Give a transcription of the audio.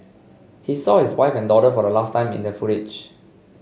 he saw his wife and daughter for a last time in the footage